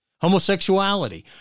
Homosexuality